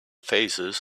faces